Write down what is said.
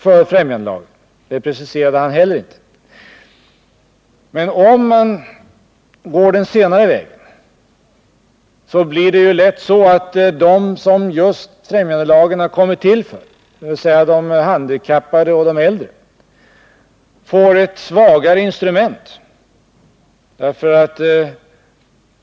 Om man skulle gå den senare vägen och utvidga främjandelagens användningsområde, då kan det bli så att den blir ett svagare instrument för dem som den var avsedd för, dvs. de handikappade och de äldre.